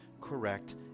correct